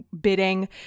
bidding